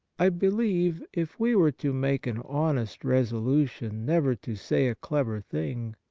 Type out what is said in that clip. i believe, if we were to make an honest resolution never to say a clever thing,